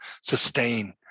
sustain